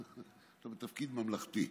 אתה בתפקיד ממלכתי.